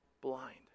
blind